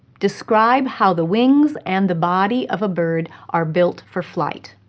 describe how the wings and the body of a bird are built for flight.